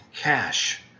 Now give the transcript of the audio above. cash